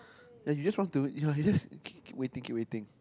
then you just want to you just keep waiting keep waiting